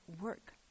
work